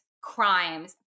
crimes